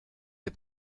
des